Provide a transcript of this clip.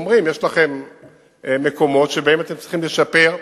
אומרים: יש לכם מקומות שבהם אתם צריכים לשפר.